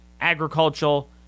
agricultural